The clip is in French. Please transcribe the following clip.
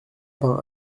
pin